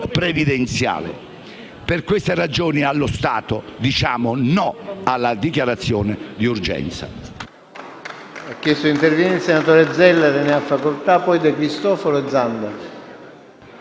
previdenziale. Per queste ragioni, allo stato, diciamo no alla dichiarazione d'urgenza.